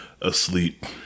asleep